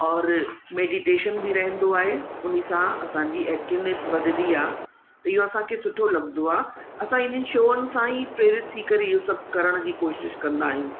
और मेडीटेशन बि रहंदो आहे उन्ही सां असांजी एक्टविनेस वधंदी आहे इहो असांखे सुठो लॻंदो आहे असां इन्हीअ शान सां ई प्रेरित थी करे इहो सभु करण जी कोशिश कंदा आहियूं